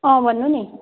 अँ भन्नु नि